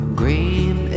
green